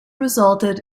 resulted